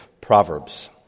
proverbs